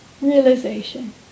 realization